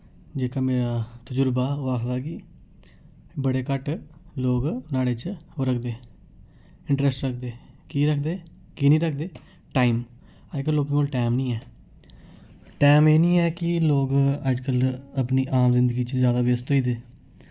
जेह्का मेरा तजुर्बा ओह् आखदा कि बड़े घट्ट लोक नुहाड़े च ओह् रखदे इंरैस्ट रखदे की रखदे की निं रखदे टाइम अजकल लोकें कोल टाइम निं ऐ टैम एह् निं ऐ कि लोक अजकल अपनी आम जिंदगी च जैदा व्यस्त होई दे